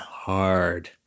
Hard